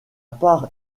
part